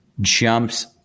Jumps